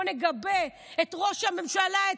בואו נגבה את ראש הממשלה,